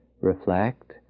reflect